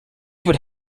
would